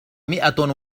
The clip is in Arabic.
مئة